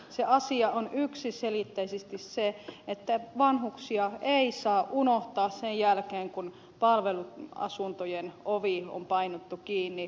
se asia on yksiselitteisesti se että vanhuksia ei saa unohtaa sen jälkeen kun palveluasuntojen ovi on painettu kiinni